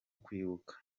kwibuka